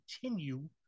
continue